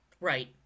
Right